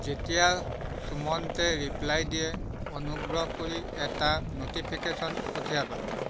যেতিয়া চুমন্তে ৰিপ্লাই দিয়ে অনুগ্ৰহ কৰি এটা নটিফিকেচন পঠিয়াবা